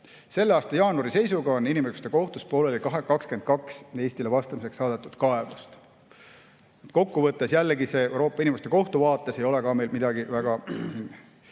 Selle aasta jaanuari seisuga oli inimõiguste kohtus pooleli 22 Eestile vastamiseks saadetud kaebust. Kokkuvõttes jällegi: Euroopa Inimõiguste Kohtu vaates ei ole meile ka midagi väga